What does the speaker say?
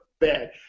bad